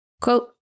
Quote